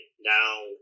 now